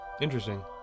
Interesting